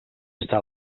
està